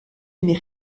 émet